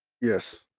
Yes